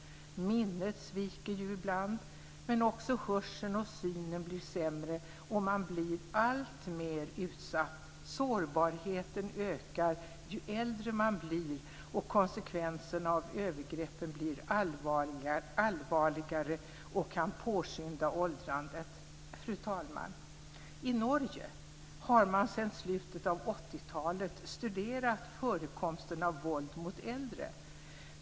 Minnet sviker ibland. Också hörseln och synen blir sämre, och man blir alltmer utsatt. Sårbarheten ökar ju äldre man blir och konsekvenserna av övergreppen blir allvarligare och kan påskynda åldrandet. Fru talman! I Norge har man sedan slutet av 80 talet studerat förekomsten av våld mot äldre.